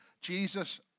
Jesus